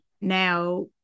Now